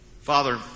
Father